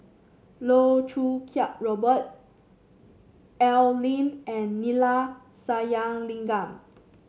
Loh Choo Kiat Robert Al Lim and Neila Sathyalingam